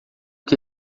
que